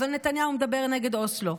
אבל נתניהו מדבר נגד אוסלו.